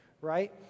right